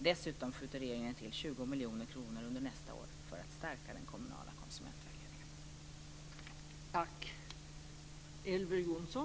Dessutom skjuter regeringen till 20 miljoner kronor under nästa år för att stärka den kommunala konsumentvägledningen.